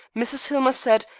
mrs. hillmer said,